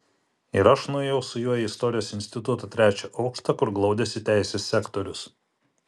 ir aš nuėjau su juo į istorijos instituto trečią aukštą kur glaudėsi teisės sektorius